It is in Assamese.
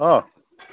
অঁ